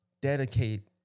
dedicate